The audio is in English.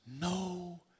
no